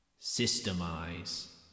Systemize